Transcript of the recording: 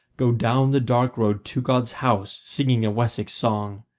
go down the dark road to god's house, singing a wessex song?